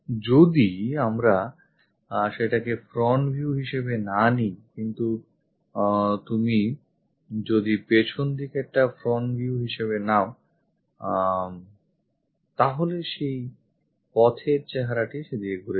যদি আমরা সেটাকে front view হিসেবে না নিই কিন্তু তুমি যদি পেছন দিকেরটাকে front view হিসেবে নাও তাহলে সেই পথের চেহারাটি সেদিকে ঘুরে যাবে